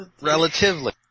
Relatively